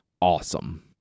awesome